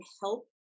help